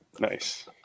nice